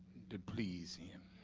to please him